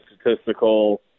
statistical –